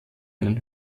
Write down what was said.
einen